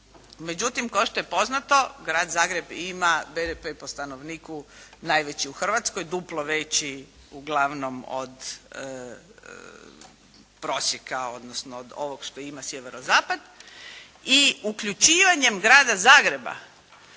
Međutim kao što je poznato, Grad Zagreb ima BDP po stanovniku najveći u Hrvatskoj, duplo veći uglavnom od prosjeka, odnosno od ovog što ima sjeverozapad i uključivanjem Grada Zagreba